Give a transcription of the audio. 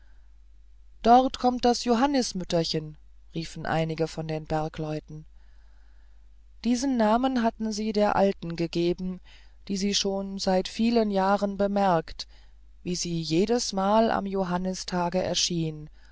dort kommt das johannismütterchen riefen einige von den bergleuten diesen namen hatten sie der alten gegeben die sie schon seit vielen jahren bemerkt wie sie jedesmal am johannistage erschien